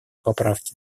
поправки